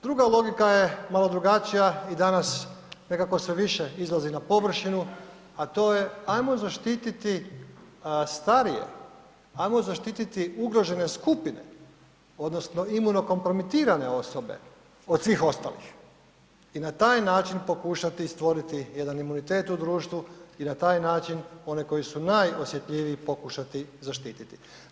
Druga logika je malo drugačija i danas nekako sve više izlazi na površinu, a to je ajmo zaštititi starije, ajmo zaštititi ugrožene skupine odnosno imunokompromitirane osobe od svih ostalih i na taj način pokušati stvoriti jedan imunitet u društvu i na taj način one koji su najosjetljiviji pokušati zaštititi.